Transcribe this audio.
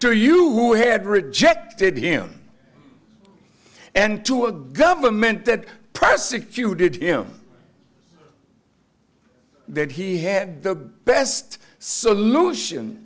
to you had rejected him and to a government that prosecuted him that he had the best solution